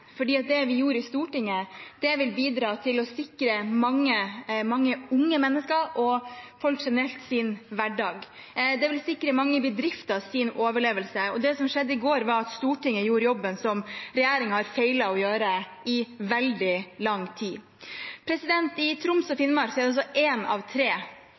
det vi gjorde i Stortinget, vil bidra til å sikre mange unge mennesker og folk generelt sin hverdag. Det vil sikre mange bedrifters overlevelse. Det som skjedde i går, var at Stortinget gjorde jobben som regjeringen har feilet å gjøre i veldig lang tid. I Troms og Finnmark er én av tre